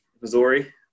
Missouri